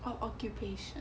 oh occupation